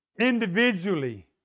individually